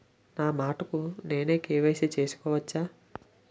నా మటుకు నేనే కే.వై.సీ చేసుకోవచ్చా?